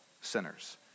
sinners